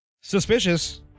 Suspicious